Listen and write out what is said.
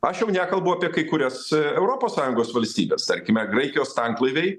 aš jau nekalbu apie kai kurias europos sąjungos valstybes tarkime graikijos tanklaiviai